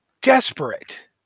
desperate